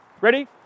Ready